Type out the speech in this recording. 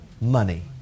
money